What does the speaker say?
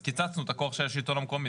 אז קיצצנו את הכוח של השלטון המקומי.